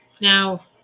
Now